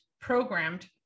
programmed